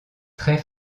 très